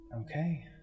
Okay